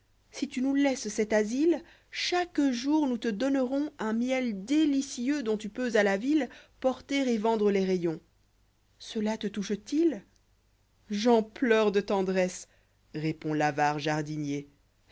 si tu nous laisses cet asile chaque jour nous te donnerons un miel délicieux dont lu peux à la ville porter et vendre les rayons cela te touche t il j'en pleure de tendresse répond l'avare jardinier